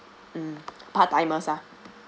mm part timers ah